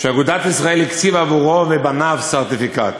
שאגודת ישראל הקציבה עבורו ובניו סרטיפיקט.